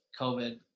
COVID